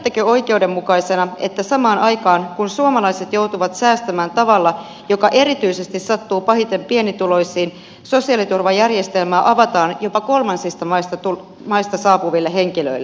pidättekö oikeudenmukaisena että samaan aikaan kun suomalaiset joutuvat säästämään tavalla joka sattuu pahiten erityisesti pienituloisiin sosiaaliturvajärjestelmää avataan jopa kolmansista maista saapuville henkilöille